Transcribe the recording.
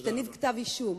שתניב כתב אישום.